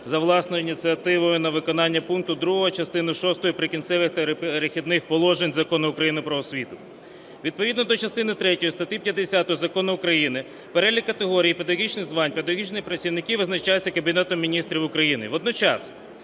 за власною ініціативою на виконання пункту 2 частини шостої "Прикінцевих та перехідних положень" Закону України "Про освіту". Відповідно до частини третьої статті 50 Закону України перелік категорій педагогічних звань педагогічних працівників визначається Кабінетом Міністрів України. Водночас